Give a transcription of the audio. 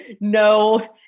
no